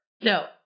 No